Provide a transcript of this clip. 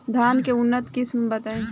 धान के उन्नत किस्म बताई?